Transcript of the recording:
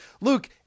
Luke